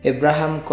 Abraham